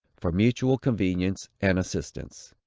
for mutual convenience and assistance.